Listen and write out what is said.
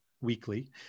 weekly